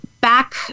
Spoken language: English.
back